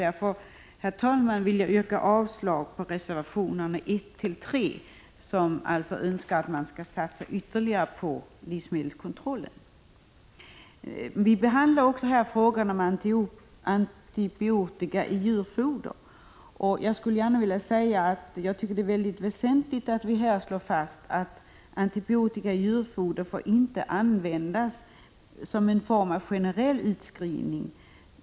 Därför, herr talman, yrkar jag avslag på reservationerna 1-3, i vilka föreslås en ytterligare satsning på livsmedelskontrollen. Vi behandlar här också frågan om antibiotika i djurfoder. Jag tycker att det är väsentligt att slå fast att antibiotika inte får användas generellt i djurfoder.